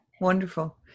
wonderful